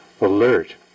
alert